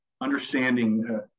understanding